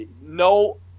No